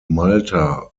malta